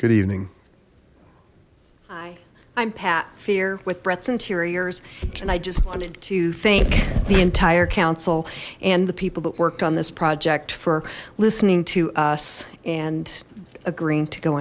good evening hi i'm pat fear with bret's interiors and i just wanted to thank the entire council and the people that worked on this project for listening to us and agreeing to go